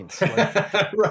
Right